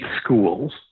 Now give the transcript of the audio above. schools